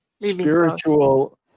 spiritual